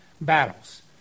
battles